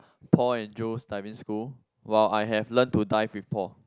Paul and Joe's Diving School while I have learnt to dive with Paul